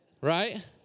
right